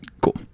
Cool